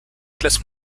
classe